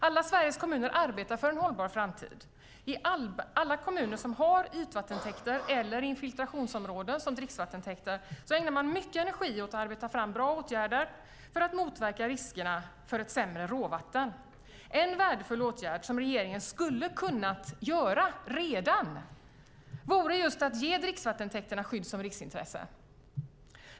Alla Sveriges kommuner arbetar för en hållbar framtid. I alla kommuner som har ytvattentäkter eller infiltrationsområden som dricksvattentäkter använder man mycket energi åt att arbeta fram bra åtgärder för att motverka riskerna för ett sämre råvatten. En värdefull åtgärd som regeringen redan hade kunnat göra är att ge dricksvattentäkterna skydd som riksintressen.